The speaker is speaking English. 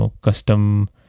custom